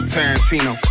Tarantino